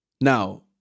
Now